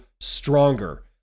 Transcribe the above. stronger